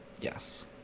Yes